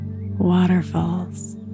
waterfalls